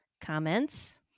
comments